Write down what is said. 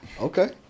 okay